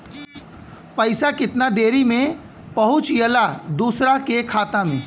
पैसा कितना देरी मे पहुंचयला दोसरा के खाता मे?